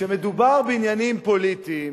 כשמדובר בעניינים פוליטיים,